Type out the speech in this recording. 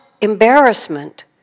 embarrassment